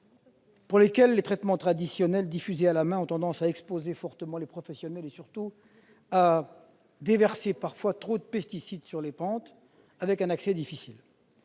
pour lesquelles les traitements traditionnels diffusés « à la main » ont tendance à exposer fortement les professionnels aux pesticides et, surtout, à déverser parfois trop de pesticides sur les pentes à accès difficile.